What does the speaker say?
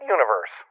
Universe